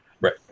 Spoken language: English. Right